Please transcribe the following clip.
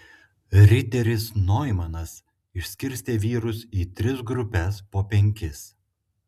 riteris noimanas išskirstė vyrus į tris grupes po penkis